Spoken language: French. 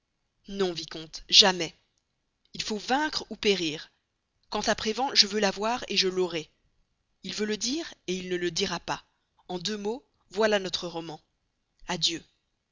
non vicomte jamais il faut vaincre ou périr quant à prévan je veux l'avoir je l'aurai il veut le dire il ne le dira pas en deux mots voilà notre roman adieu